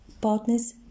partners